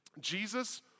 Jesus